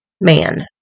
man